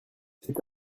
c’est